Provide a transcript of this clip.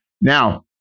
Now